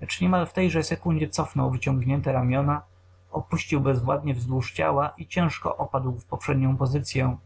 lecz niemal w tejże sekundzie cofnął wyciągnięte ramiona opuścił bezwładnie wzdłuż ciała i ciężko opadł w poprzednią pozycyę